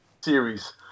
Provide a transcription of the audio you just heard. series